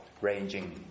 ranging